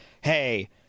hey